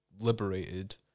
liberated